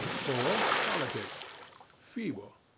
four. politics feeble.